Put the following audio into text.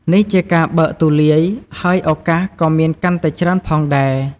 នេះជាការបើកទូលាយ ហើយឱកាសក៏មានកាន់តែច្រើនផងដែរ។